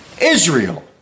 Israel